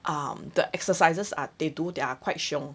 um the exercises are they do they're quite 凶